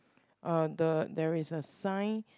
uh the there is a sign